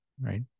right